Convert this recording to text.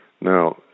Now